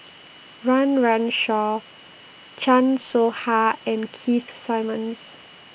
Run Run Shaw Chan Soh Ha and Keith Simmons